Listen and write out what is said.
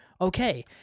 Okay